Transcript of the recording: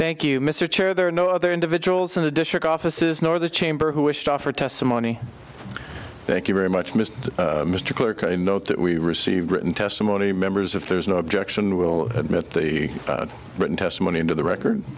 thank you mr chair there are no other individuals in the district offices nor the chamber who wish to offer testimony thank you very much mr mr clarke i know that we received written testimony members if there's no objection will admit the written testimony into the record